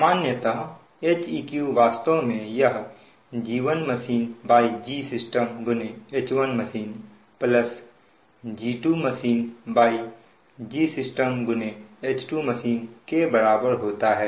सामान्यत Heq वास्तव में यह G1machineGsystemH1machineG2machineGsystem H2machine के बराबर होता है